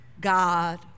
God